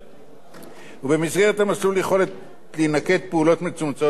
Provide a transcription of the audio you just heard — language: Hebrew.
במסגרת המסלול יכולות להינקט פעולות מצומצמות בלבד נגד החייב,